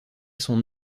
son